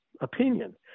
opinion